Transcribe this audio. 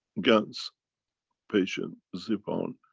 gans patient zip on,